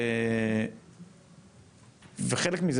חלק מזה,